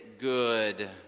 good